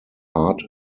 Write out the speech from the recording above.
heart